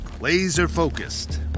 Laser-focused